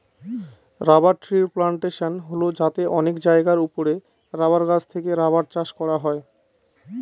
rubber ট্রির plantation হল যাতে অনেক জায়গার ওপরে রাবার গাছ থেকে রাবার চাষ করা হয়